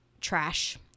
trash